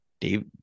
Dave